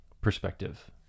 perspective